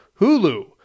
hulu